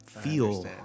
feel